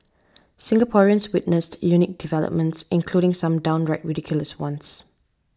Singaporeans witnessed unique developments including some downright ridiculous ones